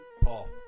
Paul